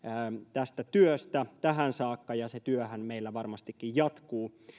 tästä työstä tähän saakka ja se työhän meillä varmastikin jatkuu